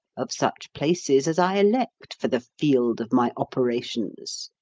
of such places as i elect for the field of my operations,